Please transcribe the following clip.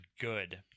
good